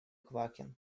квакин